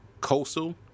Coastal